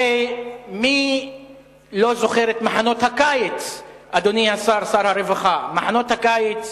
הרי, אדוני שר הרווחה, מי לא זוכר את מחנות הקיץ